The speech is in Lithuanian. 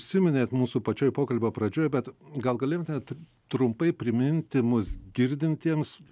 užsiminėt mūsų pačioj pokalbio pradžioj bet gal galėtumėt trumpai priminti mus girdintiems